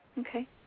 Okay